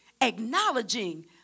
acknowledging